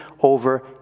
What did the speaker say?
over